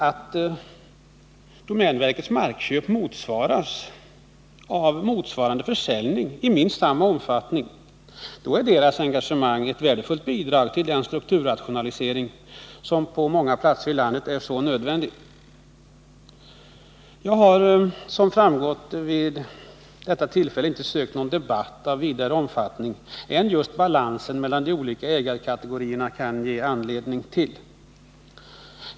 Om domänverkets markköp motsvaras av försäljning i minst samma omfattning, då är dess engagemang tvärtom ett värdefullt bidrag till den strukturrationalisering som på så många platser i landet är nödvändig. Jag har som framgått inte vid detta tillfälle sökt någon debatt av vidare omfattning än den som just balansen mellan de olika ägarkategorierna kan ge anledning till.